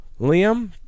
Liam